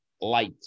light